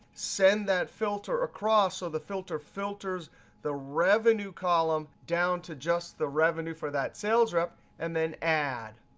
send that filter across so the filter filters the revenue column down to just the revenue for that sales rep, and then add.